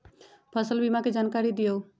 फसल बीमा के जानकारी दिअऊ?